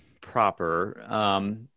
proper